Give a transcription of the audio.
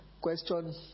Question